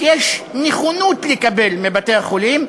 כי יש נכונות לקבל מבתי-החולים,